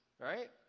right